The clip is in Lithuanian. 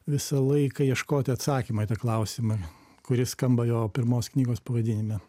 visą laiką ieškoti atsakymo į tą klausimą kuris skamba jo pirmos knygos pavadinime